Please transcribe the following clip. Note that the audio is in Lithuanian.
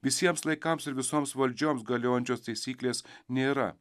visiems laikams ir visoms valdžioms galiojančios taisyklės nėra